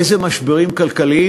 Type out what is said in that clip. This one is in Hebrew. איזה משברים כלכליים.